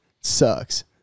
Sucks